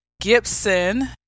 Gibson